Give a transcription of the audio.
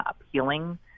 appealing